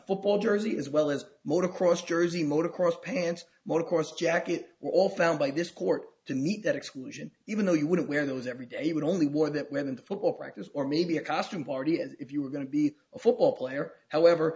football jersey as well as motor cross jersey motor cross pants more course jacket were all found by this court to meet that exclusion even though you wouldn't wear those every day but only one that went into football practice or maybe a costume party and if you were going to be a football player however